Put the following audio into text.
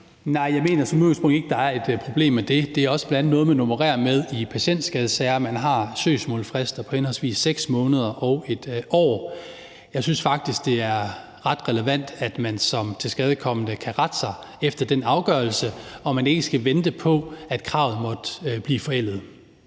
Nej, jeg mener som udgangspunkt ikke, at der er et problem ved det. Det er bl.a. også noget, man opererer med i patientskadesager, hvor man har søgsmålsfrister på henholdsvis 6 måneder og 1 år. Jeg synes faktisk, det er ret relevant, at man som tilskadekommen kan rette sig efter den afgørelse, og at man ikke skal vente på, at kravet måtte blive forældet.